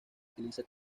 utiliza